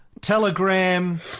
telegram